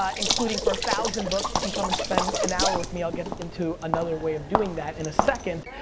ah including for a thousand books you can come and spend an hour with me, i'll get into another way of doing that in a second,